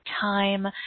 time